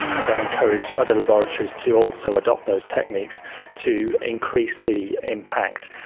and then encouraged other laboratories to also adopt those techniques to increase the impact.